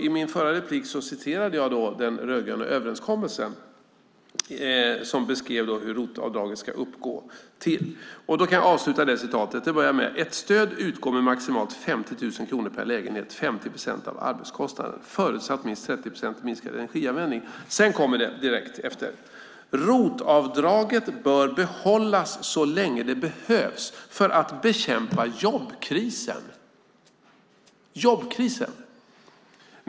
I mitt förra anförande citerade jag den rödgröna överenskommelsen, där det beskrivs hur det ska gå till med ROT-avdraget. Jag kan avsluta det citatet: "Ett stöd utgår med maximalt 50 000 kronor per lägenhet , förutsatt minst 30 procent minskad energianvändning." Sedan kommer det, direkt efter: "ROT-avdraget bör behållas så länge det behövs för att bekämpa jobbkrisen."